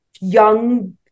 young